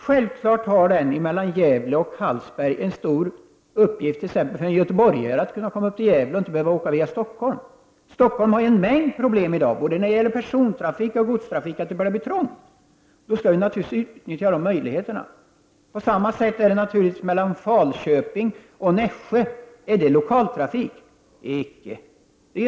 Självfallet har denna bana en stor uppgift t.ex. på sträckan Gävle Hallsberg för en göteborgare som inte behöver åka till Stockholm för att komma till Gävle. Stockholm har ju en mängd problem i dag, både när det gäller persontrafik och godstrafik. Det börjar bli trångt. Då skall dessa möjligheter naturligtvis utnyttjas. På samma sätt förhåller det sig naturligtvis på sträckan Falköping-Nässjö. Är det fråga om lokaltrafik? Icke.